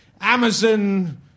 Amazon